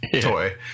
toy